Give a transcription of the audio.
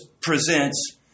presents